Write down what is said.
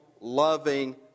loving